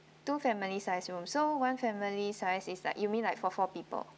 two family size room so one family size is like you mean like for four people